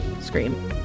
Scream